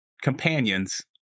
companions